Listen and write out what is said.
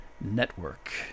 network